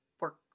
work